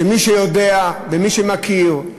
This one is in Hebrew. שמי שיודע ומי שמכיר,